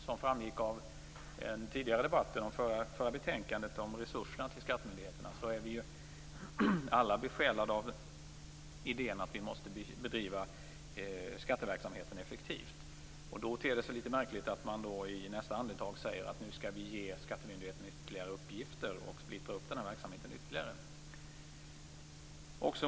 Som framgick av den tidigare debatten och betänkandet om resurserna till skattemyndigheterna är vi alla besjälade av idén att vi måste bedriva skatteverksamhet effektivt. Då ter det sig litet märkligt att man i nästa andetag säger: Nu skall vi ge skattemyndigheten ytterligare uppgifter och splittra verksamheten ytterligare.